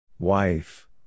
Wife